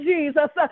Jesus